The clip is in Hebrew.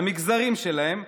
למגזרים שלהם,